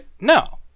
no